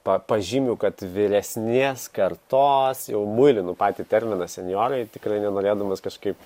pa pažymiu kad vyresnės kartos jau muilinu patį terminą senjorai tikrai nenorėdamas kažkaip